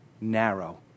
narrow